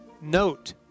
Note